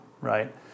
right